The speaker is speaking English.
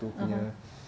a'ah